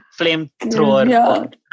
flamethrower